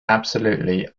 absolutely